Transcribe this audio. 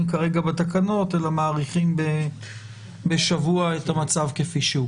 כרגע בתקנות אלא מאריכים בשבוע את המצב כפי שהוא.